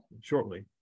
shortly